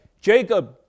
Jacob